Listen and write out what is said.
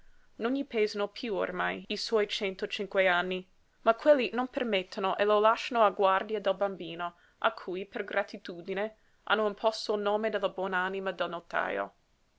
non gli pesano piú ormai i suoi cento cinque anni ma quelli non permettono e lo lasciano a guardia del bambino a cui per gratitudine hanno imposto il nome della buon'anima del notajo